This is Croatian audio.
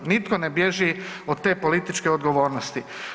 Nitko ne bježi od te političke odgovornosti.